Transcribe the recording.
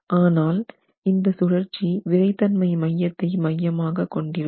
ஆனால் இந்த சுழற்சி விறைத்தன்மை மையத்தை மையமாக கொண்டிருக்கும்